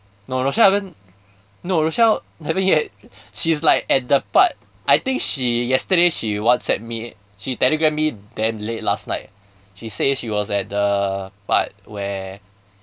no rochel haven't no rochel haven't yet she is like at the part I think she yesterday she whatsapp me she telegram me damn late last night she say she was at the part where